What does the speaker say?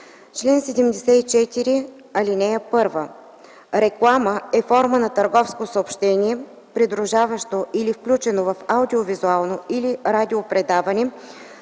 „Чл. 74. (1) Реклама е форма на търговско съобщение, придружаващо или включено в аудио-визуално или радиопредаване